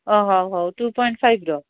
ଅ ହଉ ହଉ ଟୁ ପଏଣ୍ଟ ଫାଇଭ୍ର